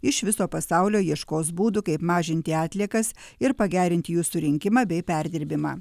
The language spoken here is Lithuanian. iš viso pasaulio ieškos būdų kaip mažinti atliekas ir pagerinti jų surinkimą bei perdirbimą